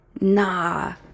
nah